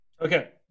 Okay